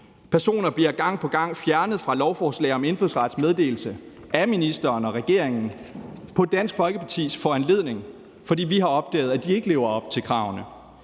Personer bliver gang på gang fjernet fra lovforslag om indfødsrets meddelelse af ministeren og regeringen på Dansk Folkepartis foranledning, fordi vi har opdaget, at de ikke lever op til kravene.